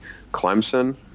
clemson